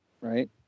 Right